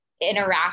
interact